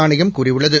ஆணையம் கூறியுள்ளது